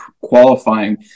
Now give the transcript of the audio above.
qualifying